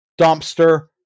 Dumpster